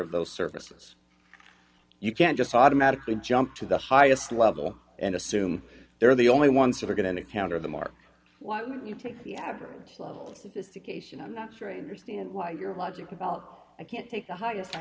of those services you can't just automatically jump to the highest level and assume they're the only ones that are going to counter the mark why would you take the average level of sophistication i'm not sure i understand why your logic about i can't take the highest i